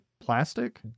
plastic